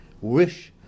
wish